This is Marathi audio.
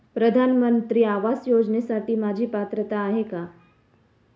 प्रधानमंत्री आवास योजनेसाठी माझी पात्रता आहे का?